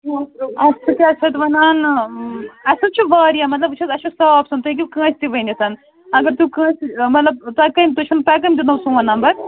اَسہِ چھِ کیٛاہ چھِ اَتھ ونان اَسہِ حظ چھِ واریاہ مطلب وُچھ حظ اَسہِ چھِ صاف سۄن تُہۍ ہیٚکِو کانٛسہِ تہِ ؤنِتھ اگر تُہۍ کانٛسہِ مطلب تۄہہِ کٔمۍ تۅہہِ چھُو تۄہہِ کٔمۍ دِیُتنَو سون نمبر